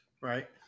Right